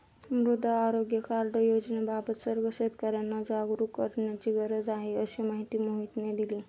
मृदा आरोग्य कार्ड योजनेबाबत सर्व शेतकर्यांना जागरूक करण्याची गरज आहे, अशी माहिती मोहितने दिली